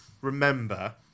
remember